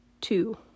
two